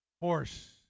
Horse